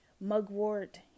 Mugwort